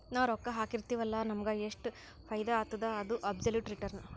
ನಾವ್ ರೊಕ್ಕಾ ಹಾಕಿರ್ತಿವ್ ಅಲ್ಲ ನಮುಗ್ ಎಷ್ಟ ಫೈದಾ ಆತ್ತುದ ಅದು ಅಬ್ಸೊಲುಟ್ ರಿಟರ್ನ್